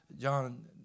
John